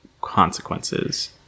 consequences